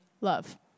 love